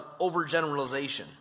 overgeneralization